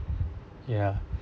ya